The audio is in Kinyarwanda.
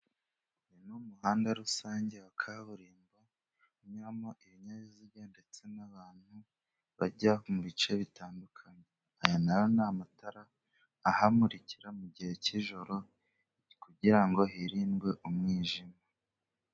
Uyu ni umuhanda rusange wa kaburimbo unyuramo ibinyabiziga ndetse n’abantu bajya mu bice bitandukanye. Aya na yo ni amatara ahamurikira mu gihe cy’ijoro, kugira ngo hirindwe umwijima.